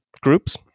groups